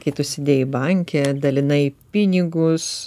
kai tu sėdėjai banke dalinai pinigus